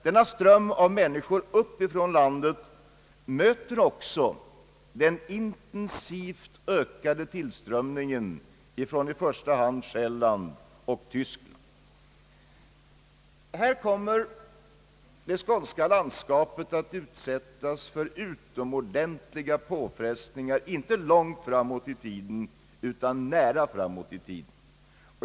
Denna ström av människor uppifrån landet möter också den intensivt ökade tillströmningen från Själland och Tyskland. Det skånska landskapet kommer att utsättas för utomordentliga påfrestningar — inte långt fram i tiden utan nära i framtiden.